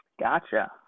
Gotcha